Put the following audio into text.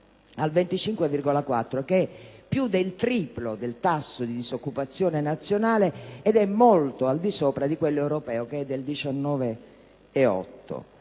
che è più del triplo del tasso di disoccupazione nazionale e molto al di sopra di quello europeo (che è del 19,8